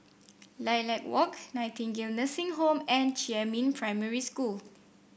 Lilac Walk Nightingale Nursing Home and Jiemin Primary School